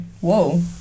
Whoa